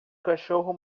cachorro